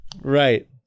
Right